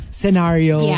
scenario